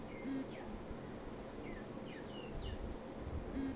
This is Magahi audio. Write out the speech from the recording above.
अमुलेर प्रतिरुपेर पर उत्तर प्रदेशत पराग आर ज्ञान डेरी स्थापित करील छेक